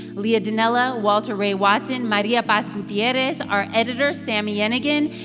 leah donnella, walter ray watson, maria paz gutierrez, our editor, sami yenigun,